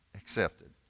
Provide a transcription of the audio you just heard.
accepted